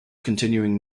continuing